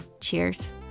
cheers